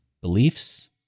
beliefs